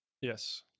Yes